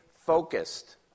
focused